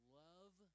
love